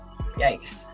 Yikes